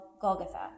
Golgotha